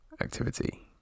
activity